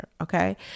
Okay